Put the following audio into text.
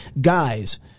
guys